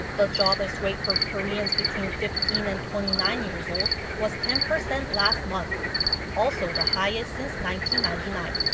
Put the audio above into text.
the jobless rate for koreans between fifteen and twenty nine years old was ten-percent last month also the highest since ninety ninety nine.